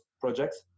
projects